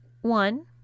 One